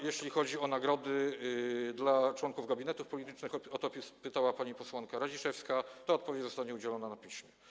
Jeśli chodzi o nagrody dla członków gabinetów politycznych, o to pytała pani posłanka Radziszewska, to odpowiedź zostanie udzielona na piśmie.